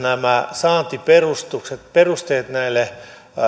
saantiperusteet näille